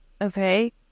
Okay